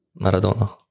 Maradona